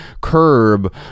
curb